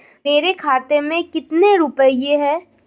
मेरे खाते में कितने रुपये हैं?